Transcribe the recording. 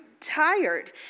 tired